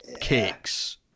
cakes